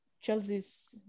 Chelsea's